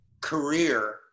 career